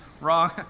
Wrong